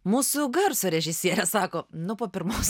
mūsų garso režisierė sako nu po pirmos